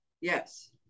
yes